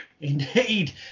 indeed